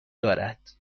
دارد